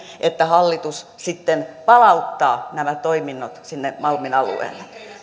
että hallitus palauttaa nämä toiminnot malmin alueelle